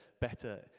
better